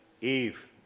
Eve